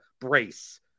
brace